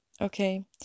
Okay